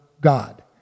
God